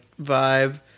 vibe